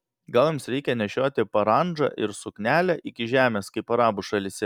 gal jums reikia nešioti parandžą ir suknelę iki žemės kaip arabų šalyse